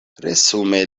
resume